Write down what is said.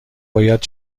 باید